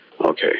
Okay